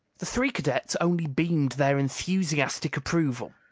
the three cadets only beamed their enthusiastic approval.